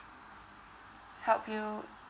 help you